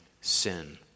sin